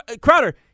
Crowder